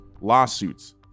lawsuits